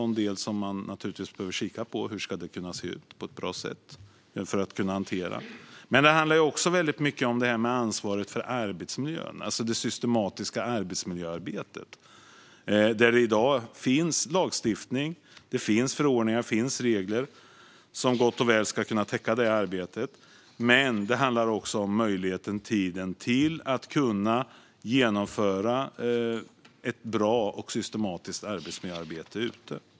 Det är något som man naturligtvis behöver kika på: Hur ska det kunna se ut på ett bra sätt? Det handlar också väldigt mycket om ansvaret för arbetsmiljön, alltså det systematiska arbetsmiljöarbetet, där det i dag finns lagstiftning, förordningar och regler som gott och väl ska kunna täcka det arbetet. Det handlar även om möjligheten och tiden att kunna genomföra ett bra och systematiskt arbetsmiljöarbete ute.